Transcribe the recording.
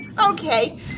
Okay